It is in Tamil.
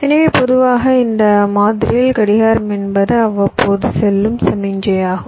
எனவே பொதுவாக இந்த மாதிரியில் கடிகாரம் என்பது அவ்வப்போது செல்லும் சமிக்ஞையாகும்